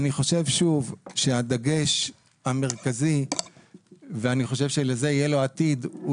ואני חושב שהדגש המרכזי ולזה יהיה עתיד,